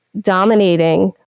dominating